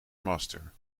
master